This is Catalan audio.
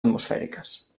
atmosfèriques